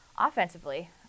Offensively